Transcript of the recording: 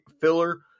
filler